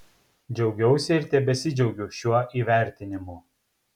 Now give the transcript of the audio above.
džiaugiausi ir tebesidžiaugiu šiuo įvertinimu